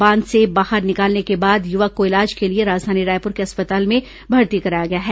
बांध से बाहर निकालने के बाद युवक को इलाज के लिए राजधानी रायपुर के अस्पताल में भर्ती कराया गया है